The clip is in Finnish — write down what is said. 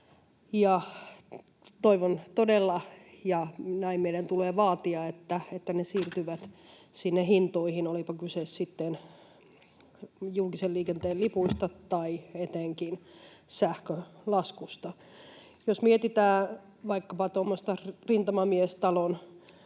Toivon todella — ja näin meidän tulee vaatia — että ne siirtyvät sinne hintoihin, olipa kyse julkisen liikenteen lipuista tai etenkin sähkölaskusta. Jos mietitään vaikkapa rintamamiestalon